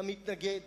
המתנגד,